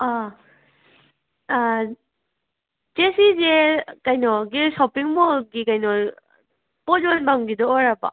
ꯑꯪ ꯆꯦ ꯁꯤꯁꯦ ꯀꯩꯅꯣꯒꯤ ꯁꯣꯞꯄꯤꯡ ꯃꯣꯜꯒꯤ ꯀꯩꯅꯣ ꯄꯣꯠ ꯌꯣꯟꯕꯝꯒꯤꯗꯣ ꯑꯣꯏꯔꯕꯣ